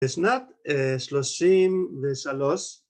‫בשנת 33',